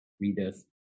readers